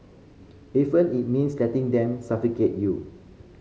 even it means letting them suffocate you